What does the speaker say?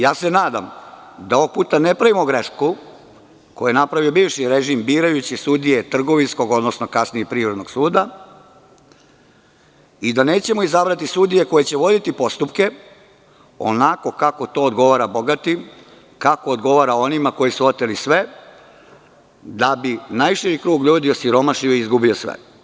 Ja se nadam da ovog puta ne pravimo grešku koju je napravio bivši režim birajući sudije Trgovinskog, odnosno kasnije i Privrednog suda i da nećemo izabrati sudije koje će voditi postupke onako kako to odgovara bogatima, kako odgovara onima koji su oteli sve, da bi najširi krug ljudi osiromašio i izgubio sve.